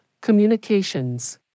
Communications